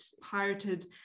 pirated